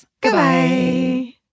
Goodbye